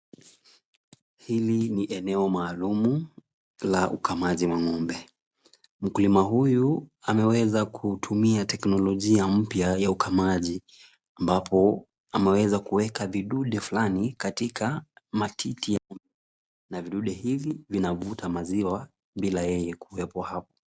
Hili ni eneo maalum la ukamaji wa ngombe. Mkulima huyu ameweza kutumia teknolojia mpya ya ukamaji. Ambapo ameweka vidude fulani katika matiti ya ngombe. Na vidude hivi vinavuta maziwa bila yeye kuwepo.